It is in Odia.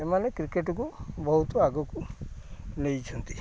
ଏମାନେ କ୍ରିକେଟକୁ ବହୁତ ଆଗକୁ ନେଇଛନ୍ତି